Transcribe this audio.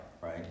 right